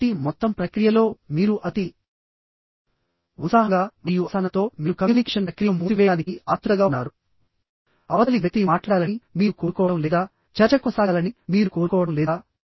కాబట్టి మొత్తం ప్రక్రియలో మీరు అతి ఉత్సాహంగా మరియు అసహనంతో మీరు కమ్యూనికేషన్ ప్రక్రియను మూసివేయడానికి ఆత్రుతగా ఉన్నారు అవతలి వ్యక్తి మాట్లాడాలని మీరు కోరుకోవడం లేదా చర్చ కొనసాగాలని మీరు కోరుకోవడం లేదా